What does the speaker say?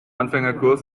anfängerkurs